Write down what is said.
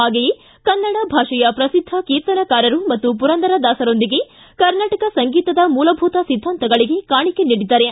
ಹಾಗೆಯೇ ಕನ್ನಡ ಭಾಷೆಯ ಪ್ರಸಿದ್ದ ಕೀರ್ತನಕಾರರು ಮತ್ತು ಪುರಂದರದಾಸರೊಂದಿಗೆ ಕರ್ನಾಟಕ ಸಂಗೀತದ ಮೂಲಭೂತ ಸಿದ್ದಾಂತಗಳಿಗೆ ಕಾಣಿಕೆ ನೀಡಿದ್ದಾರೆ